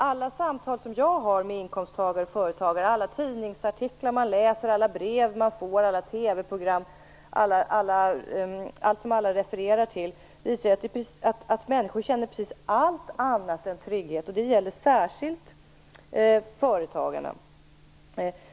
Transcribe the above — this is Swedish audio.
Alla samtal som jag har med inkomsttagare och företagare, alla tidningsartiklar man läser, alla brev man får, alla TV-program och allt som alla refererar till visar ju att människor känner allt annat än trygghet. Det gäller särskilt företagarna.